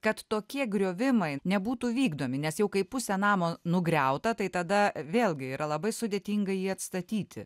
kad tokie griovimai nebūtų vykdomi nes jau kai pusė namo nugriauta tai tada vėlgi yra labai sudėtinga jį atstatyti